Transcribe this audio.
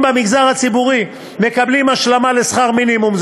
במגזר הציבורי מקבלים השלמה לשכר מינימום,